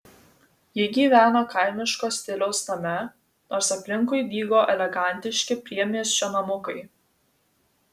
ji gyveno kaimiško stiliaus name nors aplinkui dygo elegantiški priemiesčio namukai